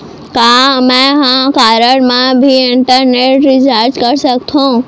का मैं ह कारड मा भी इंटरनेट रिचार्ज कर सकथो